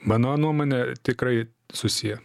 mano nuomone tikrai susiję